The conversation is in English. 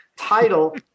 title